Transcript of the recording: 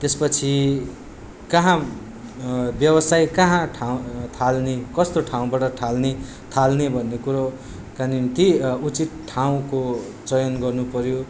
त्यसपछि कहाँ व्यवसाय कहाँ ठाल् थाल्ने कस्तो ठाउँबाट ठाल्ने थाल्ने भन्ने कुरोका निम्ति उचित ठाउँको चयन गर्नुपऱ्यो